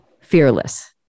fearless